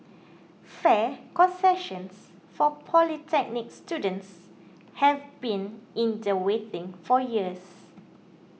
fare concessions for polytechnic students have been in the waiting for years